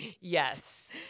Yes